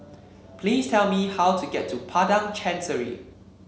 please tell me how to get to Padang Chancery